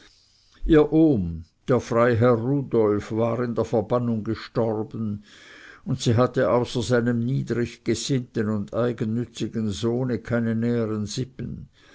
ihr ohm der freiherr rudolf war in der verbannung gestorben und sie hatte außer seinem niedrig gesinnten und eigennützigen sohne keine nähern sippen